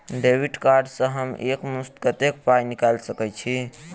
Debit card सँ हम एक मुस्त कत्तेक पाई निकाल सकय छी?